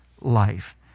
life